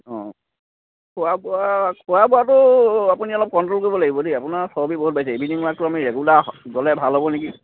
অঁ খোৱা বোৱা খোৱা বোৱাটো আপুনি অলপ কণ্ট্ৰ'ল কৰিব লাগিব দেই আপোনাৰ চৰ্বি বহুত বাঢ়িছে ইভিনং ৱাকটো আমি ৰেগুলাৰ গ'লে ভাল হ'ব নেকি